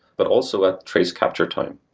but also at trace capture time.